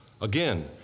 Again